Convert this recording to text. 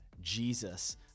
Jesus